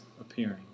appearing